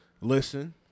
Listen